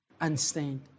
unstained